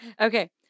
Okay